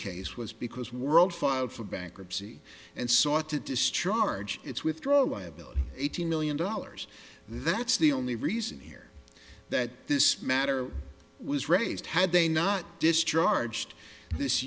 case was because world filed for bankruptcy and sought to discharge its withdrawal liability eighteen million dollars that's the only reason here that this matter was raised had they not discharged this